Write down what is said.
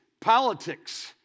politics